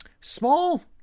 small